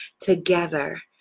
together